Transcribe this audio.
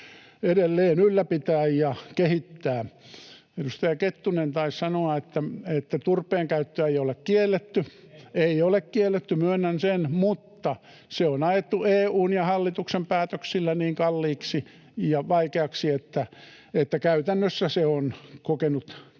edelleen ylläpitää ja kehittää. Edustaja Kettunen taisi sanoa, että turpeen käyttöä ei ole kielletty. [Tuomas Kettunen: Ei ole!] Ei ole kielletty, myönnän sen, mutta se on ajettu EU:n ja hallituksen päätöksillä niin kalliiksi ja vaikeaksi, että käytännössä se on kokenut kiellon.